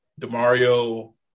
DeMario